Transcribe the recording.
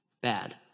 Bad